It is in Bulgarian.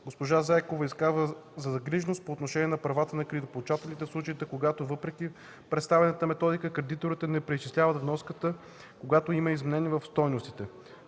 Госпожа Заякова изказа загриженост по отношение на правата на кредитополучателите, в случаите когато въпреки представената методика, кредиторите не преизчисляват вноската, когато има изменение в стойностите.